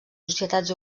societats